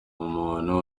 umuntu